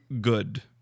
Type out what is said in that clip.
good